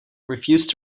refused